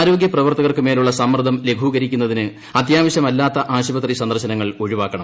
ആരോഗ്യ പ്രവർത്തകർക്ക് മേലുള്ള സമ്മർദ്ദം ലഘൂകരിക്കുന്നതിന് അത്യാവശ്യമല്ലാത്ത ആശുപത്രി സന്ദർശനങ്ങൾ ഒഴിവാക്കണം